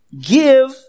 give